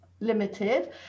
limited